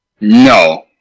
No